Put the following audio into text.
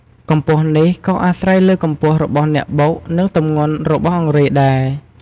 កម្ពស់នេះក៏អាស្រ័យលើកម្ពស់របស់អ្នកបុក និងទម្ងន់របស់អង្រែដែរ។